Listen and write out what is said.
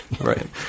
Right